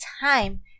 time